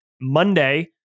Monday